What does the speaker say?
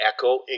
Echo